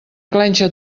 clenxa